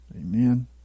Amen